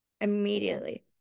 immediately